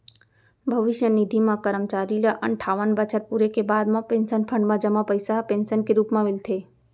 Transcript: भविस्य निधि म करमचारी ल अनठावन बछर पूरे के बाद म पेंसन फंड म जमा पइसा ह पेंसन के रूप म मिलथे